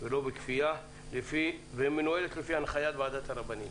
ולא בכפייה ומנוהלת לפי הנחיית ועדת הרבנים.